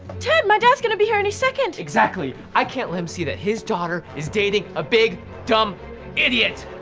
ted, my dad's gonna be here any second! exactly. i can't let him see that his daughter is dating a big, dumb idiot.